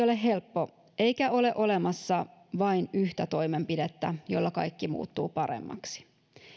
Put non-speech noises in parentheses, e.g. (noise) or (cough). (unintelligible) ole helppo eikä ole olemassa vain yhtä toimenpidettä jolla kaikki muuttuu paremmaksi